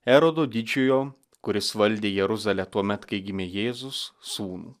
erodo didžiojo kuris valdė jeruzalę tuomet kai gimė jėzus sūnų